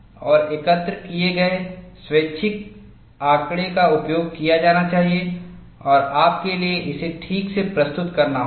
और एकत्र किए गए स्वैच्छिक आंकड़े का उपयोग किया जाना चाहिए और आपके लिए इसे ठीक से प्रस्तुत करना होगा